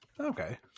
Okay